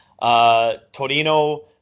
Torino